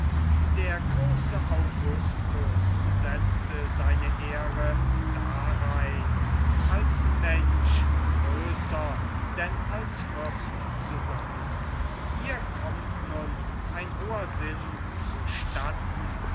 der große augustus setzte seine ehre darein als mensch größer denn als fürst zu seyn hier kommt nun ein hoher sinn zu statten